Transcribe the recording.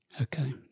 Okay